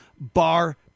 bar